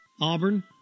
Auburn